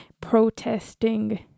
protesting